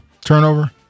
Turnover